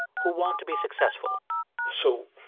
who want to be successful so